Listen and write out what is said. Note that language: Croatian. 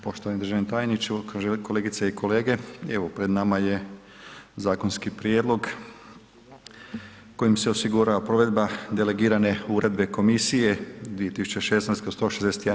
Poštovani državni tajniče, kolegice i kolege evo pred nama je zakonski prijedlog kojim se osigurava provedba delegirane Uredbe komisije 2016/